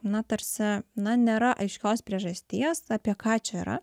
na tarsi na nėra aiškios priežasties apie ką čia yra